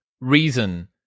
reason